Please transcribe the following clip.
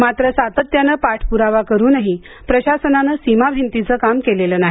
मात्र सातत्याने पाठपुरावा करूनही प्रशासनाने सीमाभिंतीचे काम केलेले नाही